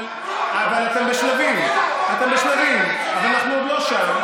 אבל אתם בשלבים, אתם בשלבים, אז אנחנו עוד לא שם.